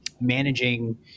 managing